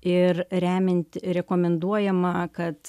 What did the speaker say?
ir remiant rekomenduojama kad